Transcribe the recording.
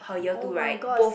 oh my god